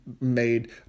made